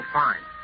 fine